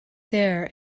there